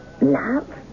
Love